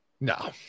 No